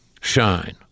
shine